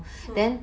mm